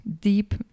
deep